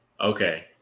Okay